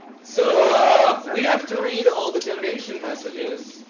so we have to read all the donation messages.